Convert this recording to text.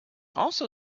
also